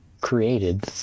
created